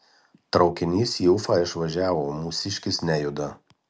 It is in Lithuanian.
traukinys į ufą išvažiavo o mūsiškis nejuda